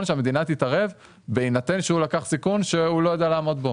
שהמדינה תתערב בהינתן שהוא לקח סיכון שהוא לא יודע לעמוד בו.